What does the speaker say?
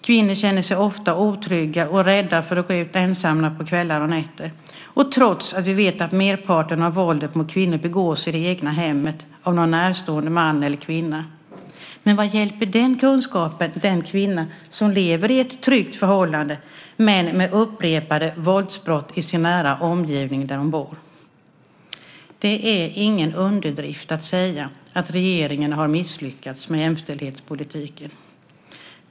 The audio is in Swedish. Kvinnor känner sig ofta otrygga och rädda för att gå ut ensamma på kvällar och nätter, detta trots att vi vet att merparten av våldet mot kvinnor begås i det egna hemmet av en närstående man eller kvinna. Men vad hjälper den kunskapen den kvinna som lever i ett tryggt förhållande men med upprepade våldsbrott i sin nära omgivning? Det är ingen underdrift att säga att regeringen har misslyckats med jämställdhetspolitiken.